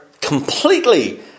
completely